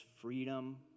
freedom